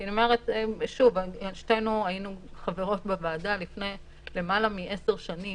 כי אני אומרת שוב: שתינו היינו חברות בוועדה לפני למעלה מעשר שנים,